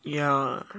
ya